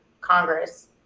Congress